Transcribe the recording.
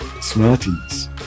Smarties